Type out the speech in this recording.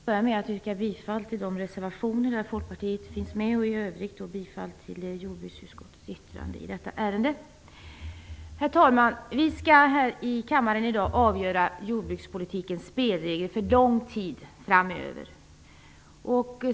Herr talman! Jag vill börja med att yrka bifall till de reservationer där Folkpartiet finns med, och i övrigt till jordbruksutskottets yttrande i detta ärende. Herr talman! Vi skall här i kammaren i dag avgöra jordbrukspolitikens spelregler för lång tid framöver.